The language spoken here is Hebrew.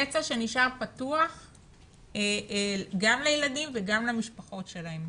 פצע שנשאר פתוח גם לילדים וגם למשפחות שלהם.